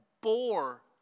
bore